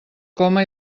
coma